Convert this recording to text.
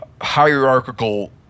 hierarchical